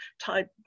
type